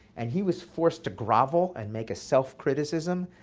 and he was forced to grovel and make a self-criticism,